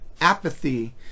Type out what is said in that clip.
Apathy